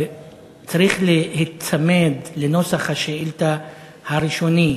צריך להיצמד לנוסח השאילתה הראשוני,